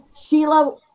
Sheila